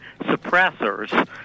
suppressors